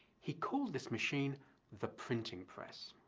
he called this machine the printing press.